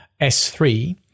S3